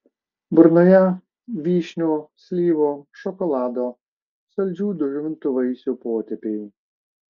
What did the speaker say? burnoje vyšnių slyvų šokolado saldžių džiovintų vaisių potėpiai